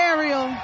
Ariel